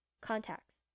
Contacts